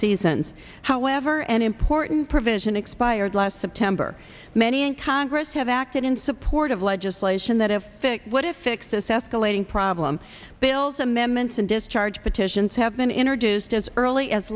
seasons however an important provision expired last september many in congress have acted in support of legislation that of what if excess escalating problem bills amendments and discharge petitions have been introduced as early as